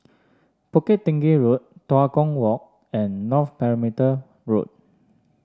Bukit Tinggi Road Tua Kong Walk and North Perimeter Road